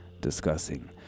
discussing